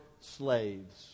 slaves